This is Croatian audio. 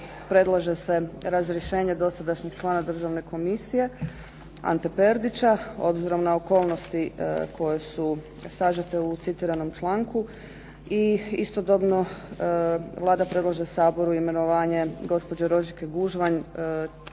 predlaže se razrješenje dosadašnjeg člana državne komisije Ante Perdića, obzirom na okolnosti koje su sažete u citiranom članku i istodobno Vlada predlaže Saboru imenovanje gospođe Rožike Gužvanj